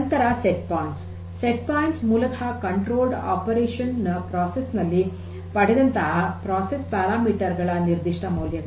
ನಂತರ set points set points ಮೂಲತಃ ನಿಯಂತ್ರಿತ ಕಾರ್ಯಾಚರಣೆಯ ಪ್ರಕ್ರಿಯೆಯಲ್ಲಿ ಪಡೆದಂತಹ ಪ್ರಕ್ರಿಯೆಯ ನಿಯತಾಂಕಗಳ ನಿರ್ದಿಷ್ಟ ಮೌಲ್ಯಗಳು